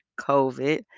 COVID